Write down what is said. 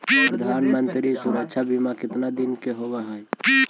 प्रधानमंत्री मंत्री सुरक्षा बिमा कितना दिन का होबय है?